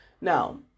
now